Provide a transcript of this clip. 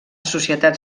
societat